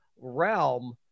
realm